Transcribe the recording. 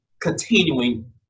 continuing